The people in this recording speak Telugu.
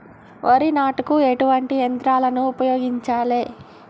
వరి నాటుకు ఎటువంటి యంత్రాలను ఉపయోగించాలే?